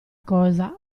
cosa